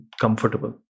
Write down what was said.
comfortable